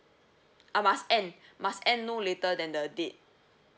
a must end must end no later than the date